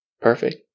Perfect